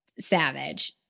savage